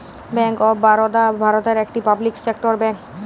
bank of Baroda ভারতের একটি public sector bank